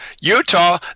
Utah